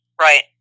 Right